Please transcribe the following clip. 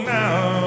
now